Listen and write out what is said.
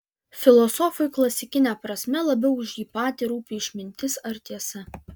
filosofui klasikine prasme labiau už jį patį rūpi išmintis ar tiesa